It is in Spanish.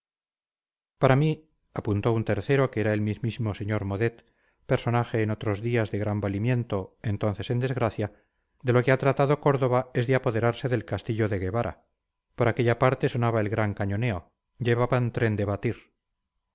para mí apuntó un tercero que era el mismísimo sr modet personaje en otros días de gran valimiento entonces en desgracia de lo que ha tratado córdova es de apoderarse del castillo de guevara por aquella parte sonaba el gran cañoneo llevaban tren